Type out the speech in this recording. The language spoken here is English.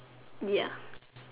ya